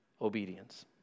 obedience